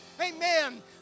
Amen